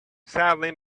sadly